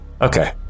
Okay